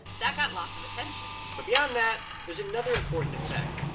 that got lots of attention but beyond that, there's another important effect.